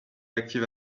active